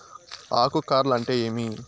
ఆకు కార్ల్ అంటే ఏమి?